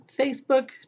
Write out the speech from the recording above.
Facebook